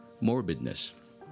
morbidness